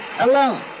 Alone